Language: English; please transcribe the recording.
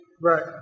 Right